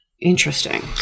Interesting